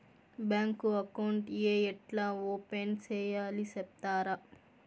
Bank account ఏ ఎట్లా open సేయాలి సెప్తారా?